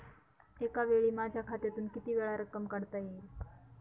एकावेळी माझ्या खात्यातून कितीवेळा रक्कम काढता येईल?